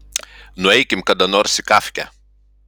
nueikim kada nors į kafkę